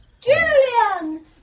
Julian